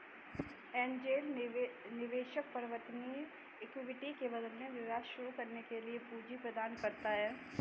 angel निवेशक परिवर्तनीय equity के बदले व्यवसाय शुरू करने के लिए पूंजी प्रदान करता है